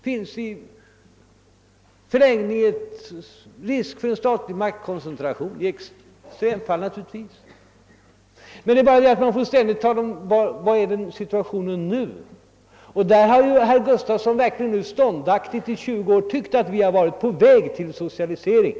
Det ligger, naturligtvis i extremfallet, en risk i utsträckandet av en statlig maktkoncentration. Man måste emellertid ständigt tänka på vilken situation som för ögonblicket föreligger, och herr Gustafson har verkligen ståndaktigt under 20 år sagt att vi är på väg mot socialisering.